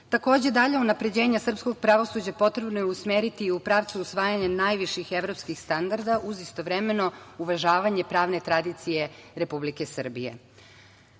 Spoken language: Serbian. dalje unapređenje srpskog pravosuđa potrebno je usmeriti u pravcu usvajanja najviših evropskih standarda, uz istovremeno uvažavanje pravne tradicije Republike Srbije.U